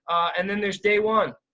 and then there's day one.